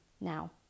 now